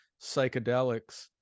psychedelics